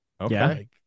Okay